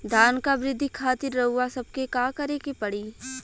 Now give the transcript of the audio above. धान क वृद्धि खातिर रउआ सबके का करे के पड़ी?